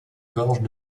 gorges